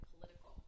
political